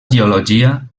geologia